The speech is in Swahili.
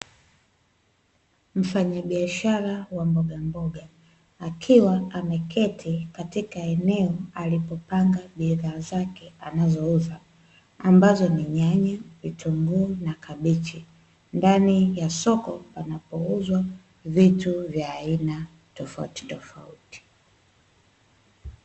Mfanyabiashara wa mbogamboga akiwa ameketi katika eneo alipopanga bidhaa zake anazouza ambazo ni nyanya, vitunguu na kabichi, ndani ya soko panapouzwa vitu vya aina tofautitofauti.